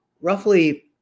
roughly